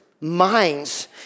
minds